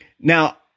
Now